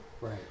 Right